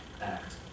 act